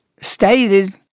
stated